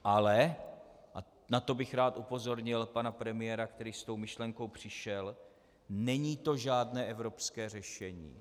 Ale a na to bych rád upozornil pana premiéra, který s tou myšlenkou přišel není to žádné evropské řešení.